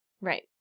right